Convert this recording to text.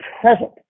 present